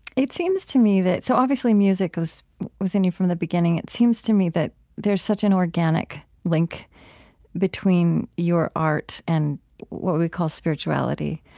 it seems to me that so, obviously, music was was in you from the beginning. it seems to me that there's such an organic link between your art and what we call spirituality.